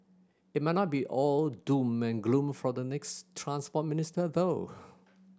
it might not be all doom and gloom for the next Transport Minister though